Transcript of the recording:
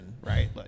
Right